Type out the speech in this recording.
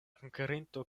konkerinto